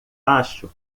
acho